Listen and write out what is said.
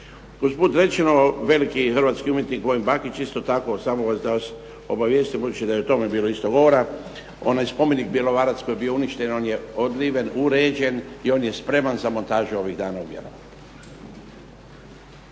Usput rečeno, veliki hrvatski umjetnik ... Bakić isto tako samo da vas obavijestim budući da je i o tome bilo isto govora. Onaj spomenik "Bjelovarac" koji je bio uništen on je odliven, uređen i on je spreman za montažu ovih dana u Bjelovaru.